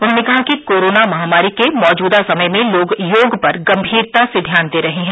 उन्होंने कहा कि कोरोना महामारी के मौजूदा समय में लोग योग पर गंभीरता से ध्यान दे रहे हैं